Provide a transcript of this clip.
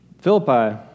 Philippi